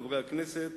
חברי הכנסת,